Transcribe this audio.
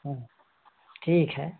ठीक है